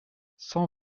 cent